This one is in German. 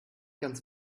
ganz